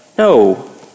No